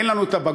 אין לנו הבגרות,